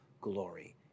glory